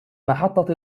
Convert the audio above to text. محطة